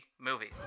movies